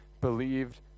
believed